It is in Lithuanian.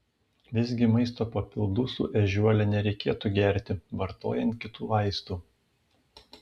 visgi maisto papildų su ežiuole nereikėtų gerti vartojant kitų vaistų